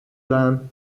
dame